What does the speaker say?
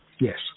Yes